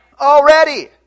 Already